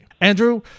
Andrew